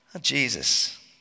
Jesus